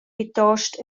plitost